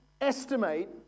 estimate